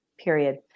period